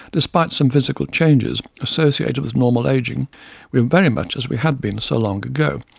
despite some physical changes associated with normal aging, we were very much as we had been so long ago.